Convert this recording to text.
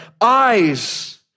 eyes